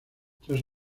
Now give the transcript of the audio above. tras